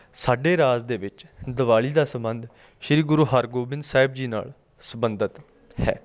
ਸਾਡੇ ਰਾਜ ਦੇ ਵਿੱਚ ਦੀਵਾਲੀ ਦਾ ਸੰਬੰਧ ਸ਼੍ਰੀ ਗੁਰੂ ਹਰਗੋਬਿੰਦ ਸਾਹਿਬ ਜੀ ਨਾਲ ਸੰਬੰਧਿਤ ਹੈ